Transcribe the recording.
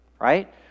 right